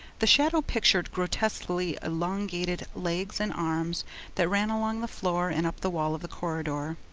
the shadow pictured grotesquely elongated legs and arms that ran along the floor and up the wall of the corridor.